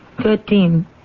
Thirteen